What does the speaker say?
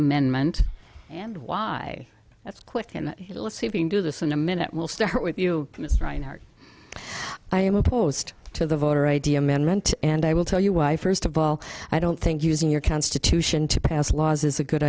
amendment and why that's quick and let's see if we can do this in a minute we'll start with you i am opposed to the voter id amendment and i will tell you why first of all i don't think using your constitution to pass laws is a good